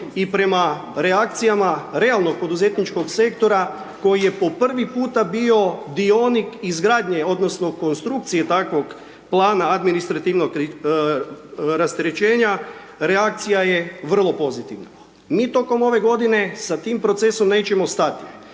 i prema reakcijama realnog poduzetničkog sektora koji je po prvi puta bio dionik izgradnje odnosno konstrukcije takvog plana administrativnog rasterećenja, reakcija je vrlo pozitivna. Mi tokom ove godine sa tim procesom nećemo stati.